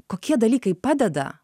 kokie dalykai padeda